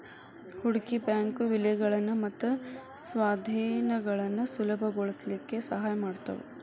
ಹೂಡ್ಕಿ ಬ್ಯಾಂಕು ವಿಲೇನಗಳನ್ನ ಮತ್ತ ಸ್ವಾಧೇನಗಳನ್ನ ಸುಲಭಗೊಳಸ್ಲಿಕ್ಕೆ ಸಹಾಯ ಮಾಡ್ತಾವ